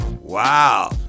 Wow